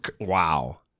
Wow